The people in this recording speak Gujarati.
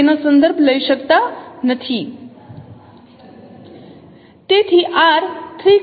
તમે તેનો સંદર્ભ લઈ શકતા નથી